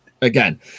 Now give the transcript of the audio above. Again